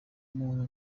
muntu